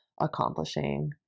accomplishing